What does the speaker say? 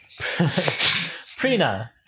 Prina